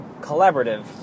collaborative